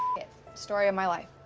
it. story of my life.